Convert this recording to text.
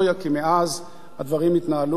כי מאז הדברים התנהלו,